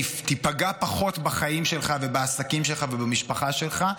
תיפגע פחות בחיים שלך ובעסקים שלך ובמשפחה שלך,